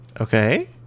Okay